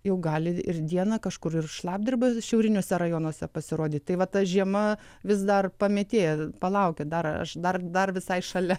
jau gali ir dieną kažkur ir šlapdriba šiauriniuose rajonuose pasirodyti tai va ta žiema vis dar pametėja palaukia dar aš dar dar visai šalia